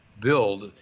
build